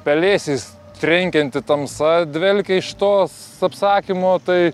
pelėsiais trenkianti tamsa dvelkia iš tos apsakymo tai